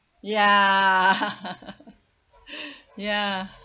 ya ya